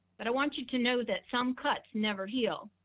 but i want you to know that some cuts never heal.